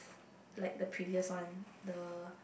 like the previous one the